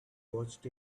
watched